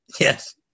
Yes